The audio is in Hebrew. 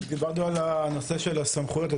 דיברנו על הנושא של הסמכויות,